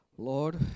Lord